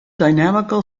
dynamical